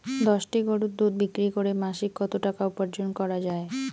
দশটি গরুর দুধ বিক্রি করে মাসিক কত টাকা উপার্জন করা য়ায়?